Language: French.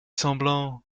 semblant